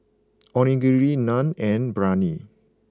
Onigiri Naan and Biryani